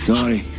Sorry